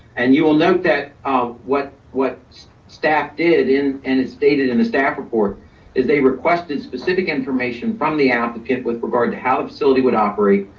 and you will note that um what what staff did and it's stated in the staff report is they requested specific information from the applicant with regard to how a facility would operate,